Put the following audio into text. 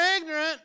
ignorant